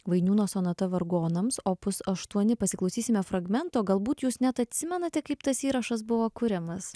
vainiūno sonata vargonams opus aštuoni pasiklausysime fragmento galbūt jūs net atsimenate kaip tas įrašas buvo kuriamas